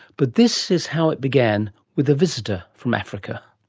but this is how it began, with a visitor from africa.